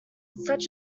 such